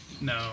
No